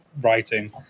writing